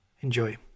enjoy